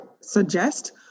suggest